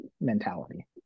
mentality